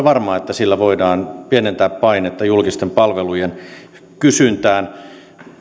varma että sillä voidaan pienentää painetta julkisten palvelujen kysyntään